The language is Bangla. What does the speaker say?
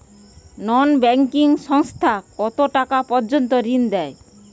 নন ব্যাঙ্কিং সংস্থা কতটাকা পর্যন্ত ঋণ দেয়?